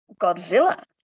Godzilla